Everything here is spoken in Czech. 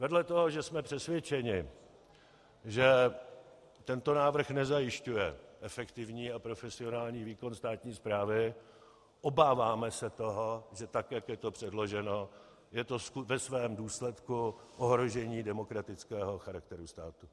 Vedle toho, že jsme přesvědčeni, že tento návrh nezajišťuje efektivní a profesionální výkon státní správy, obáváme se toho, že tak jak je to předloženo, je to ve svém důsledku ohrožení demokratického charakteru státu.